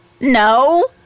No